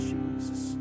Jesus